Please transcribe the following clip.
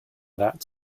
that